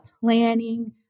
planning